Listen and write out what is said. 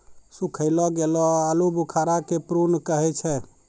सुखैलो गेलो आलूबुखारा के प्रून कहै छै